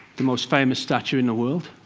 the most famous statue in the world.